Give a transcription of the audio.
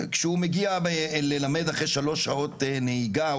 כשהוא מגיע ללמד אחרי שלוש שעות נהיגה,